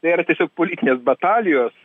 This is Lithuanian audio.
tai yra tiesiog politinės batalijos